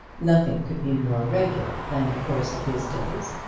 nothing could be more regular than the course of his days,